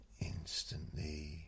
Instantly